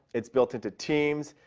it's built into teams.